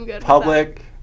public